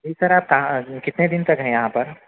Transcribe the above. جی sir آپ کہاں کتنے دن تک ہیں یہاں پر